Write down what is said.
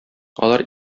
алар